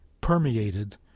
permeated